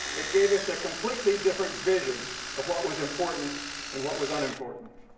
it gave us a completely different vision of what was important and what was unimportant.